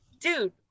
dude